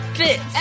fit